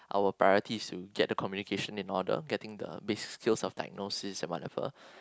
our priority is to get the communication in order getting the basic skills of diagnosis and whatever